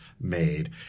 made